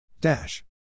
Dash